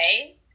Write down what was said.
okay